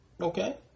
Okay